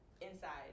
inside